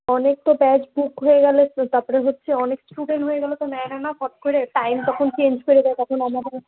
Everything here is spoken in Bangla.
অনেক তো ব্যাচ বুক হয়ে গেলে তো তারপরে হচ্ছে অনেক স্টুডেন্ট হয়ে গেলে তো নেয় না না ফট করে টাইম তখন চেঞ্জ করে দেয় তখন আমাদের